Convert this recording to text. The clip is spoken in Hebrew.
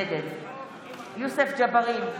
נגד יוסף ג'בארין,